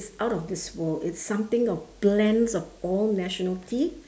out of this world it's something of blends of all nationality